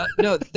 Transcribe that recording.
No